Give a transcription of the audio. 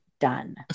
Done